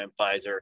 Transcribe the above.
Pfizer